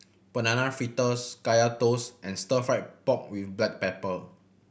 Banana Fritters Kaya Toast and Stir Fried Pork With Black Pepper